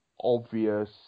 obvious